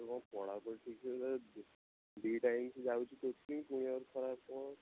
ତମ ପଢ଼ା ପଢ଼ି ଠିକ୍ ସେ ଯାଉଛି ଯେ ଦୁଇ ଟାଇମ୍ ସେ ଯାଉଛି କୋଚିଙ୍ଗ ପୁଣି ଆହୁରି ଖରାପ କ'ଣ